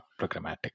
programmatic